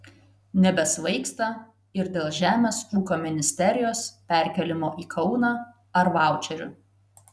nebesvaigsta ir dėl žemės ūkio ministerijos perkėlimo į kauną ar vaučerių